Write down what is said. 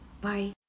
Bye